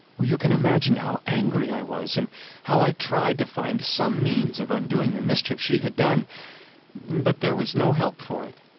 you can imagine how angry i was, and how i tried to find some means of undoing the mischief she had done but there was no help for it.